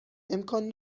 امکان